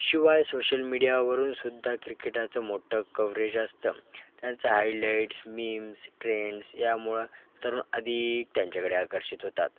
शिवाय सोशल मीडियावरूनसुद्धा क्रिकेटाचं मोठं कवरेज असतं त्यांचं हायलाइट्स मीम्स ट्रेंड्स यामुळं तरुण अधिक त्यांच्याकडे आकर्षित होतात